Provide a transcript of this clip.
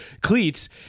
cleats